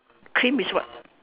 cream is what